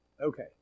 Okay